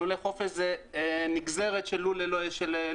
לולי חופש זה נגזרת של לול ללא כלובים,